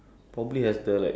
I think for me